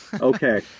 Okay